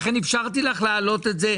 לכן אפשרתי לך להעלות את זה.